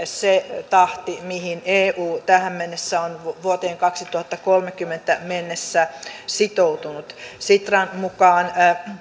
se tahti mihin eu tähän mennessä on vuoteen kaksituhattakolmekymmentä mennessä sitoutunut sitran mukaan